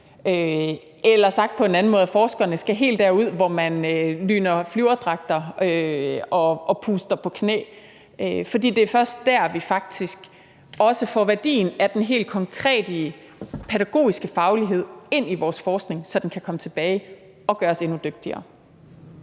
eller – sagt på en anden måde – at forskerne skal helt derud, hvor man lyner flyverdragter og puster på knæ. For det er først der, vi også får værdien af den helt konkrete pædagogiske faglighed ind i vores forskning, så den kan komme tilbage og gøre os endnu dygtigere.